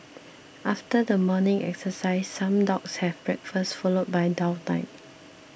after the morning exercise some dogs have breakfast followed by downtime